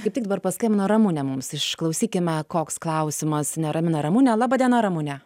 kaip tik dabar paskambino ramunė mums išklausykime koks klausimas neramina ramunę laba diena ramune